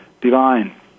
divine